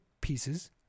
pieces